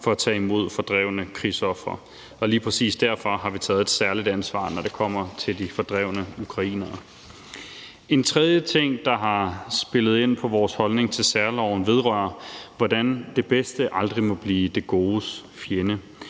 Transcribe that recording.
for at tage imod fordrevne krigsofre, og lige præcis derfor har vi taget et særligt ansvar, når det kommer til de fordrevne ukrainere. En tredje ting, der har spillet ind på vores holdning til særloven, vedrører, hvordan det bedste aldrig må blive det godes fjende.